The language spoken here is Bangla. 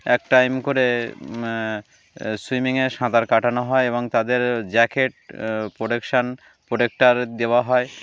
এক টাইম করে সুইমিংয়ে সাঁতার কাটানো হয় এবং তাদের জ্যাকেট প্রোটেকশান প্রোটেক্টার দেওয়া হয়